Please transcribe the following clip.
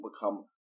become